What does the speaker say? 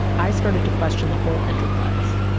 i started to question the whole enterprise,